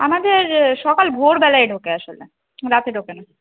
আমাদের সকাল ভোরবেলায় ঢোকে আসলে রাতে ঢোকে না